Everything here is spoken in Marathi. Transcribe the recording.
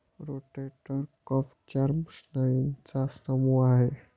रोटेटर कफ चार स्नायूंचा समूह आहे